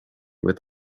with